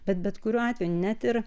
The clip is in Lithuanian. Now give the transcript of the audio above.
bet bet kuriuo atveju net ir